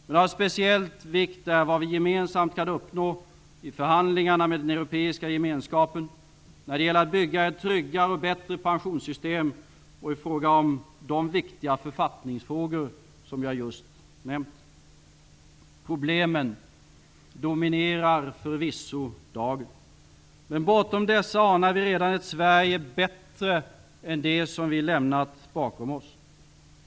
Men av speciell vikt är vad vi gemensamt kan uppnå i förhandlingarna med den Europeiska Gemenskapen, när det gäller att bygga ett tryggare och bättre pensionssystem och i fråga om de viktiga författningsfrågor som jag nyss nämnt. Problemen dominerar förvisso dagen. Men bortom dessa anar vi redan ett Sverige bättre än det vi lämnat bakom oss.